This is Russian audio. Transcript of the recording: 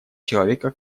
человека